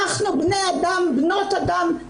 אנחנו בנות אדם,